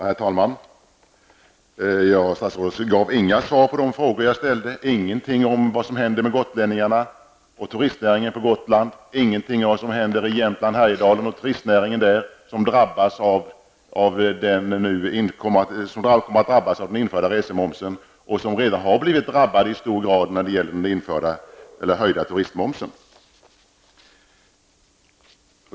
Herr talman! Statsrådet gav inga svar på de frågor jag ställde. Han sade ingenting om vad som händer med gotlänningarna och turistnäringen på Gotland, ingenting om vad som händer med turistnäringen i Jämtland och Härjedalen som drabbas av den införda resemomsen. De har redan i hög grad drabbats av den höjda turistmomsen.